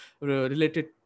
related